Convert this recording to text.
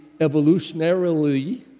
evolutionarily